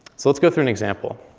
so let's go through an example.